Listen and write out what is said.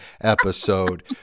episode